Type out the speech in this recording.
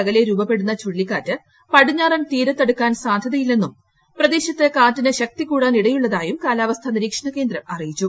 അകലെ രൂപപ്പെടുന്ന ചുഴലിക്കാറ്റ് പടിഞ്ഞാറൻ തീരത്തടുക്കാൻ സാധ്യതയില്ലെങ്കിലും പ്രദേശത്ത് കാറ്റിന് ശക്തി കൂടാനിടയുള്ളതായും കാലാവസ്ഥാ നിരീക്ഷണ കേന്ദ്രം അറിയിച്ചു